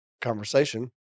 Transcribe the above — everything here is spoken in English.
conversation